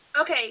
Okay